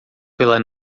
pela